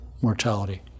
mortality